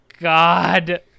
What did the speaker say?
God